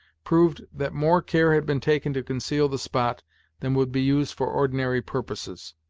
proved that more care had been taken to conceal the spot than would be used for ordinary purposes,